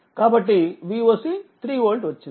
కాబట్టిVoc3వోల్ట్వచ్చింది